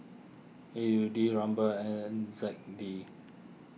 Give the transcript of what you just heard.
A U D Ruble N Z D